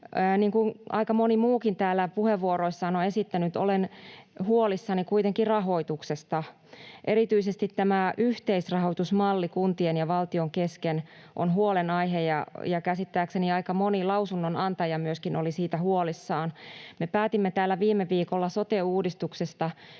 Niin kuin aika moni muukin täällä puheenvuoroissaan on esittänyt, olen huolissani kuitenkin rahoituksesta. Erityisesti tämä yhteisrahoitusmalli kuntien ja valtion kesken on huolenaihe, ja käsittääkseni aika moni lausunnonantaja myöskin oli siitä huolissaan. Me päätimme täällä viime viikolla sote-uudistuksesta,